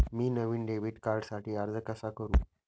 मी नवीन डेबिट कार्डसाठी अर्ज कसा करू?